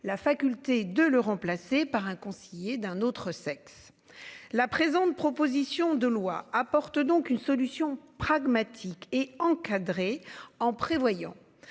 la faculté de le remplacer par un conseiller d'un autre sexe la présente, proposition de loi apporte donc une solution pragmatique et encadré en prévoyant.